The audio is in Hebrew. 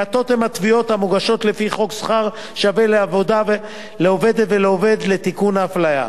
מעטות התביעות המוגשות לפי חוק שכר שווה לעובדת ולעובד לתיקון האפליה.